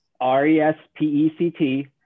R-E-S-P-E-C-T